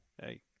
Hey